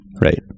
right